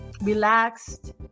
relaxed